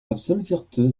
absolvierte